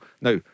now